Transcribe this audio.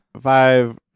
Five